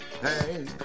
Hey